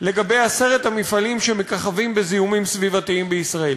לגבי עשרת המפעלים שמככבים בזיהומים סביבתיים בישראל,